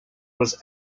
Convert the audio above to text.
was